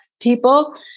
people